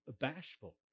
bashful